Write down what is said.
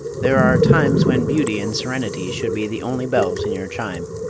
there are times when beauty and serenity should be the only bells in your chime.